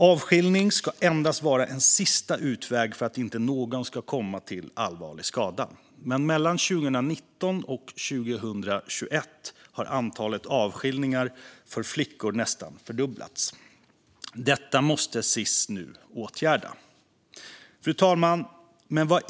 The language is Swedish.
Avskiljning ska endast vara en sista utväg för att inte någon ska komma till allvarlig skada, men mellan 2019 och 2021 har antalet avskiljningar för flickor nästan fördubblats. Detta måste Sis nu åtgärda. Fru talman!